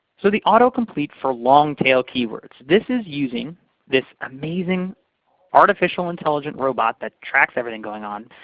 so the auto-complete for long-tail keywords, this is using this amazing artificial intelligent robot that tracks everything going on.